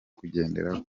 kugendera